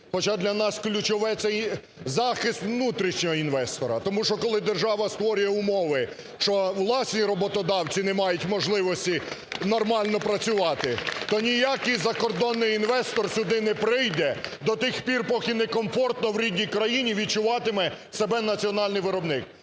Хоча для нас ключове – це захист внутрішнього інвестора, тому що, коли держава створює умови, що власні роботодавці не мають можливості нормально працювати, то ніякий закордонний інвестор сюди не прийде, до тих пір, поки не комфортно в рідній країні відчуватиме себе національний виробник.